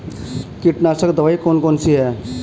कीटनाशक दवाई कौन कौन सी हैं?